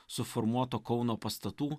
suformuoto kauno pastatų